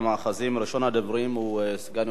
ראשון הדוברים הוא סגן יושב-ראש הכנסת,